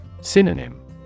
Synonym